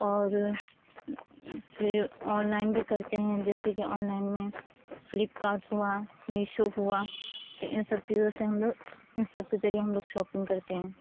اور پھر online بھی کرتے ہیں جیسے کہ آن لائن میں فلپ کارٹ ہوا میشو ہوا تو ان سب چیزوں سے ہم لوگ ان سب کے ذریعے ہم لوگ شاپنگ کرتے ہیں